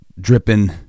dripping